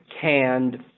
canned